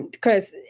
Chris